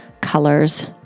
colors